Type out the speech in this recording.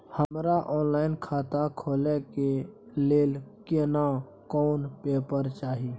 हमरा ऑनलाइन खाता खोले के लेल केना कोन पेपर चाही?